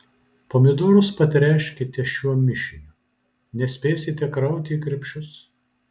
pomidorus patręškite šiuo mišiniu nespėsite krauti į krepšius